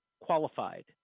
qualified